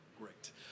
Great